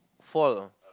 fall